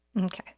Okay